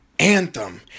Anthem